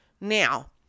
now